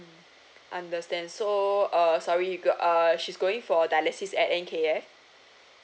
understand so uh sorry if you uh she's going for dialysis at N_K_F